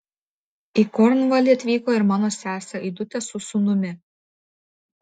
į kornvalį atvyko ir mano sesė aidutė su sūnumi